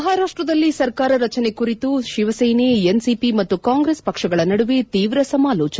ಮಹಾರಾಷ್ಸದಲ್ಲಿ ಸರ್ಕಾರ ರಚನೆ ಕುರಿತು ಶಿವಸೇನೆ ಎನ್ಸಿಪಿ ಮತ್ತು ಕಾಂಗ್ರೆಸ್ ಪಕ್ಷಗಳ ನಡುವೆ ತೀವ್ರ ಸಮಾಲೋಚನೆ